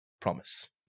Promise